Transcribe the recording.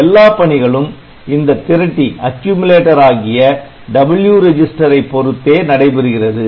எல்லா பணிகளும் இந்த திரட்டி யாகிய W ரெஜிஸ்டரை பொருத்தே நடைபெறுகிறது